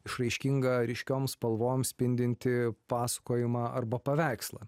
išraiškingą ryškiom spalvom spindintį pasakojimą arba paveikslą